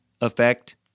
Effect